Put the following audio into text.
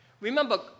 Remember